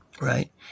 right